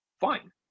Fine